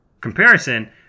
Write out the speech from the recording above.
comparison